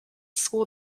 school